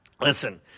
listen